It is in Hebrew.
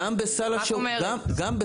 רק אומרת.